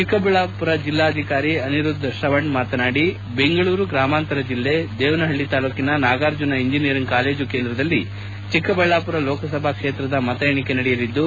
ಚಿಕ್ಕಬಳ್ಳಾಪುರ ಜೆಲ್ಲಾಧಿಕಾರಿ ಅನಿರುದ್ಧೆ ತ್ರವಣ್ ಮಾತನಾಡಿ ಬೆಂಗಳೂರು ಗ್ರಾಮಾಂತರ ಜೆಲ್ಲೆ ದೇವನಹಳ್ಳ ತಾಲೂಕನ ನಾಗಾರ್ಜನ ಇಂಜಿನಿಯರಿಂಗ್ ಕಾಲೇಜು ಕೇಂದ್ರದಲ್ಲಿ ಚಿಕ್ಕಬಳ್ಳಾಪುರ ಲೋಕಸಭಾ ಕ್ಷೇತ್ರದ ಮತ ಎಣಿಕೆ ನಡೆಯಲಿದ್ದು